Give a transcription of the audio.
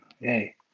Yay